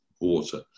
water